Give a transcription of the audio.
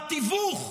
בתיווך